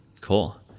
cool